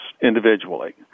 individually